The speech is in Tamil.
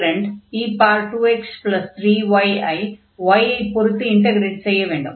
இன்டக்ரன்ட் e2x3y ஐ y ஐ பொருத்து இன்டக்ரேட் செய்ய வேண்டும்